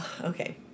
okay